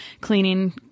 cleaning